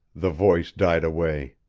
the voice died away.